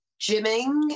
gymming